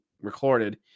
recorded